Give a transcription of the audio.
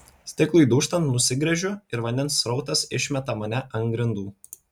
stiklui dūžtant nusigręžiu ir vandens srautas išmeta mane ant grindų